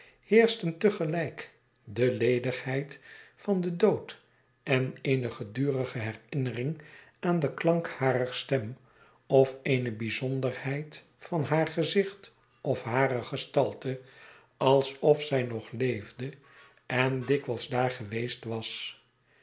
heerschten te gelijk de ledigheid van den dood en eene gedurige herinnering aan den klank harer stem of eene bijzonderheid van haar gezicht of hare gestalte alsof zij nog leefde en dikwijls daar geweest was